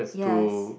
yes